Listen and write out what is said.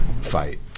fight